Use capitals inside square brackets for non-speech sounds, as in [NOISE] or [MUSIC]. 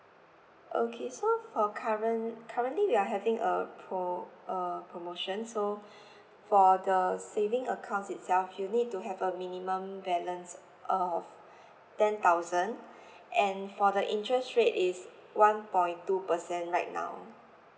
okay so for current currently we are having a pro~ uh promotion so [BREATH] for the saving account itself you need to have a minimum balance of ten [BREATH] thousand [BREATH] and for the interest rate it's one point two percent right now